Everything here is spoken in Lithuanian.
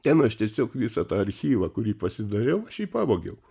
ten aš tiesiog visą tą archyvą kurį pasidariau aš jį pavogiau